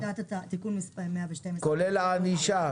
כולל הענישה.